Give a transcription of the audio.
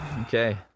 Okay